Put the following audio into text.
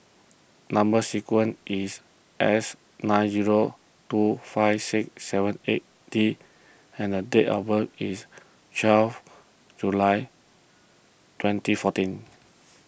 Number Sequence is S nine zero two five six seven eight D and date of birth is twelve July twenty fourteen